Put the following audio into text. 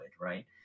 Right